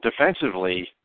defensively